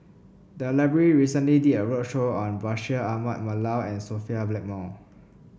the library recently did a roadshow on Bashir Ahmad Mallal and Sophia Blackmore